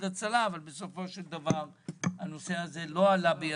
הצלה אבל בסופו של דבר הנושא הזה לא הסתדר.